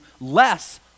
less